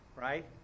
right